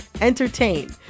entertain